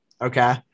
Okay